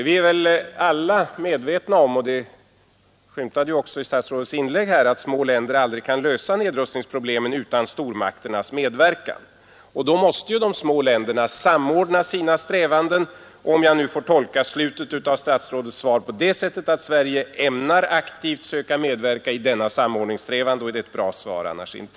Vi är väl alla medvetna om — det skymtade också i statsrådets inlägg — att små länder aldrig kan lösa nedrustningsproblemen utan stormakternas medverkan, och då måste ju de små länderna samordna sina strävanden. Om jag får tolka slutet av statsrådets svar på det sättet att Sverige ämnar aktivt söka medverka i denna samordningssträvan är det ett bra svar, annars inte.